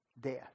Death